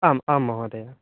आम् आं महोदय